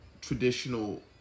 traditional